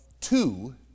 two